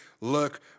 look